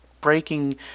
breaking